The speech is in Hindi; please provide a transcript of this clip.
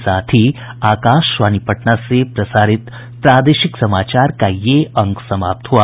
इसके साथ ही आकाशवाणी पटना से प्रसारित प्रादेशिक समाचार का ये अंक समाप्त हुआ